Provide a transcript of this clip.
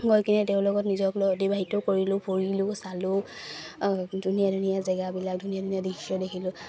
গৈ কিনে তেওঁৰ লগত নিজক লৈ অতিবাহিত কৰিলো ফুৰিলো চালো ধুনীয়া ধুনীয়া জেগাবিলাক ধুনীয়া ধুনীয়া দৃশ্য দেখিলো